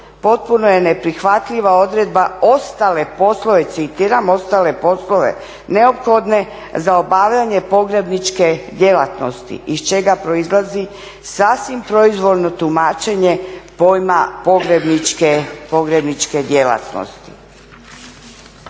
potpuno je neprihvatljiva odredba, ostale poslove, citiram, ostale poslove neophodne za obavljanje pogrebničke djelatnosti iz čega proizlazi sasvim proizvoljno tumačenje pojma pogrebničke djelatnosti.